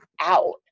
out